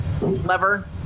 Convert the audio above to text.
lever